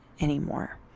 anymore